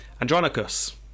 Andronicus